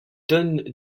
donne